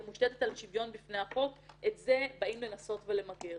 שמושתתת על שוויון בפני החוק את זה באים לנסות ולמגר.